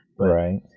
right